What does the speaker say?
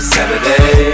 Saturday